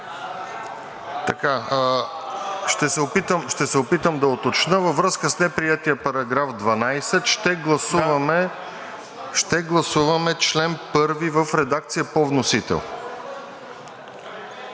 Ще се опитам да уточня. Във връзка с неприетия § 12 ще гласуваме чл. 1 в редакция по вносител.